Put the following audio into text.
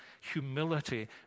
humility